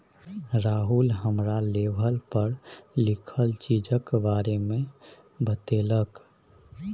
राहुल हमरा लेवल पर लिखल चीजक बारे मे बतेलक